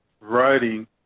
writing